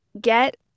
get